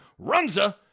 Runza